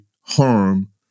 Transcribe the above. harm